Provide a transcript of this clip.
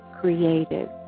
creative